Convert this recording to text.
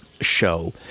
show